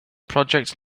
project